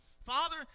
Father